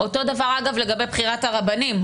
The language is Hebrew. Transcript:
אותו דבר, אגב, לגבי בחירת הרבנים.